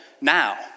now